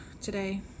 today